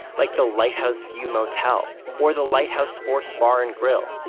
like the lighthouse view motel or the lighthouse sports bar and grill,